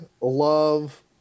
love